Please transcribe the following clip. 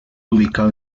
ubicado